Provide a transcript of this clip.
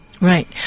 Right